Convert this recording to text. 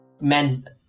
Men